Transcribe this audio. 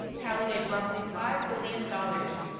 tallied at roughly five billion dollars.